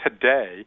today